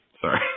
Sorry